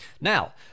Now